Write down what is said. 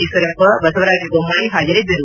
ಈಶ್ವರಪ್ಪ ಬಸವರಾಜ ಬೊಮ್ದಾಯಿ ಹಾಜರಿದ್ದರು